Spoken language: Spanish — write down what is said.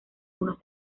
unos